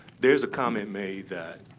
there's a comment made that,